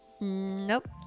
nope